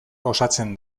osatzen